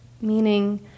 meaning